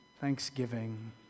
thanksgiving